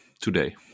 today